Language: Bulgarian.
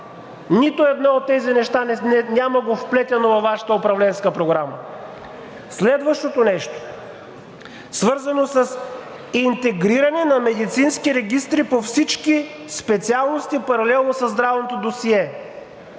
Нито едно от тези неща го няма вплетено във Вашата управленска програма. Следващото нещо, свързано с интегриране на медицински регистри по всички специалности, паралелно със здравното досие.